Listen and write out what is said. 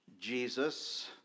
Jesus